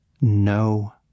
no